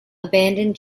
abandoned